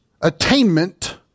attainment